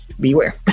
beware